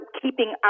keeping